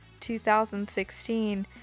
2016